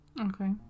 Okay